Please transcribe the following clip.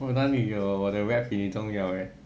!wah! 哪里有我的 rep 比你重要 leh